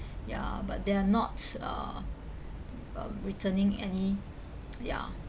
ya but they are not uh um returning any ya